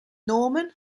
norman